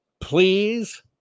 please